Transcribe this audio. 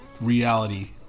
reality